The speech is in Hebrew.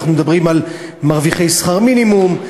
אנחנו מדברים על מרוויחי שכר מינימום,